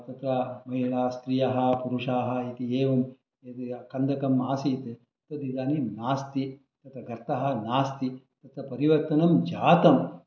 तत्र महिलाः स्त्रियः पुरुषाः इति एवं यत् कन्दकम् आसीत् तत् इदानीं नास्ति तत्र गर्तः नास्ति तत्र परिवर्तनं जातम्